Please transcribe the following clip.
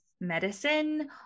medicine